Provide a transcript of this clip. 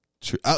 true